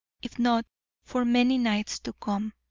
if not for many nights to come.